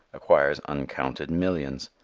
acquires uncounted millions.